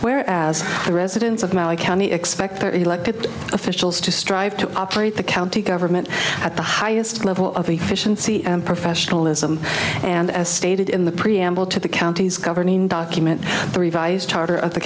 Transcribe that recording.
where as the residents of my county expect their elected officials to strive to operate the county government at the highest level of efficiency and professionalism and as stated in the preamble to the county's governing document the revised charter of the